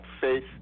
faith